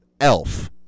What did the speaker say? Elf